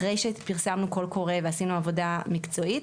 אחרי שפרסמנו קול קורא ועשינו עבודה מקצועית